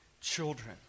children